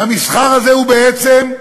והמסחר הזה הוא בעצם,